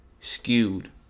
skewed